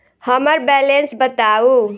हम्मर बैलेंस बताऊ